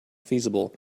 feasible